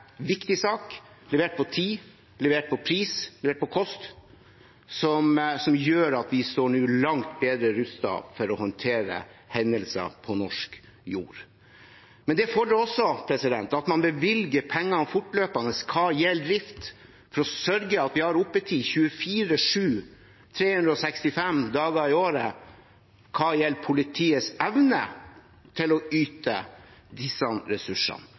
viktig sak som ble levert på tid, pris og kost, som gjør at vi nå står langt bedre rustet til å håndtere hendelser på norsk jord. Men det fordrer også at man bevilger pengene til drift fortløpende for å sørge for at vi har oppetid 24-7, 365 dager i året, når det gjelder politiets evne til å yte disse ressursene.